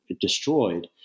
destroyed